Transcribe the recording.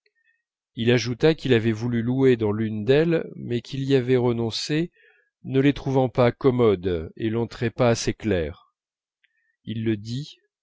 il ajouta qu'il avait voulu louer dans l'une d'elles mais qu'il y avait renoncé ne les trouvant pas commodes et l'entrée pas assez claire il le dit